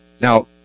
Now